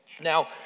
Now